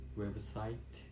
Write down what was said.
website